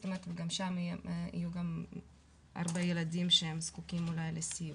גם שם יהיו הרבה ילדים שהם זקוקים אולי לסיוע.